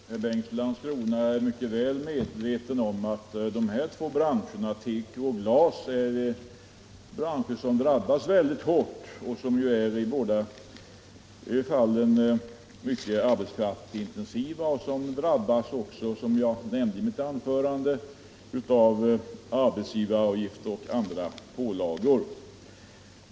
Herr talman! Jag tror att herr Bengtsson i Landskrona är mycket väl medveten om att dessa båda branscher — teko och glas — drabbas mycket hårt. Båda branscherna är mycket arbetskraftsintensiva, och de drabbas även, som jag nämnde i mitt anförande, av arbetsgivaravgifter och andra pålagor.